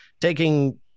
Taking